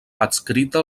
adscrita